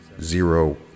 zero